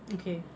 okay